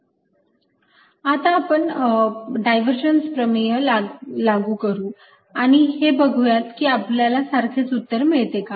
ds2L32L3 3L3L3 आता आपण divergence प्रमेय लागू करू आणि हे बघूयात की आपल्याला सारखेच उत्तर मिळते का